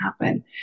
happen